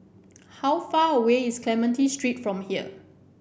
how far away is Clementi Street from here